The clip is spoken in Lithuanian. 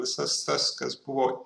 visas tas kas buvo